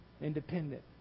independent